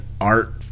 art